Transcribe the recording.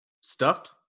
stuffed